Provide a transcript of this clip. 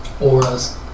auras